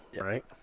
right